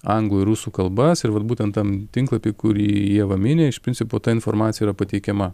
anglų ir rusų kalbas ir vat būtent tam tinklapy kurį ieva mini iš principo ta informacija ir pateikiama